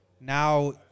now